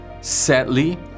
Sadly